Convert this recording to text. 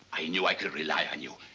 i knew i could rely on you.